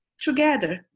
together